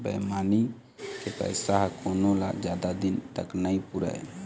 बेईमानी के पइसा ह कोनो ल जादा दिन तक नइ पुरय